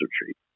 retreat